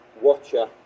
watcher